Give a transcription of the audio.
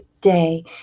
day